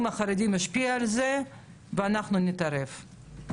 החרדים ישפיעו על זה ואנחנו נתערב.